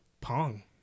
pong